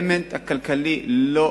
האלמנט הכלכלי לא